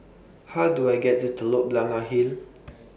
How Do I get to Telok Blangah Hill